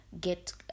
get